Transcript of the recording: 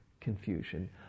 confusion